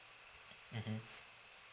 mmhmm